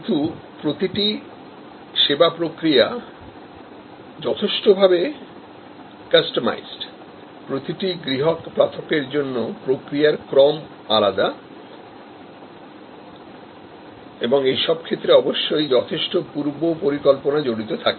কিন্তু প্রতিটি সেবা প্রক্রিয়া যথেষ্টভাবে কাস্টমাইজড প্রতিটি পৃথক গ্রাহকের জন্য প্রক্রিয়ার ক্রম আলাদা এবং এইসব ক্ষেত্রে অবশ্যই যথেষ্ট পূর্বপরিকল্পনা জড়িত থাকে